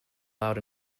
loud